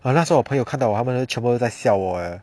!wah! 那时候我朋友看到我他们全部都在笑我 eh